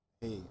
hey